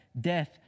Death